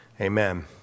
amen